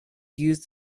use